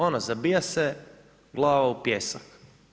Ono, zabija se glava u pijesak.